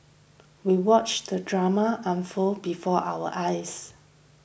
we watched the drama unfold before our eyes